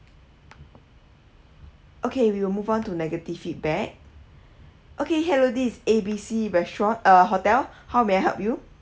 okay we will move on to negative feedback okay hello this is A_B_C restaurant uh hotel how may I help you